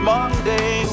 Monday